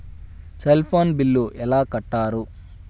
Cell phone bill ఎలా కట్టారు?